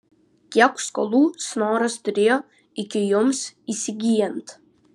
kiek skolų snoras turėjo iki jums įsigyjant